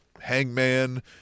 hangman